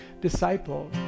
disciple